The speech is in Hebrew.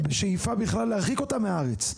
ובשאיפה בכלל להרחיק אותם מהארץ.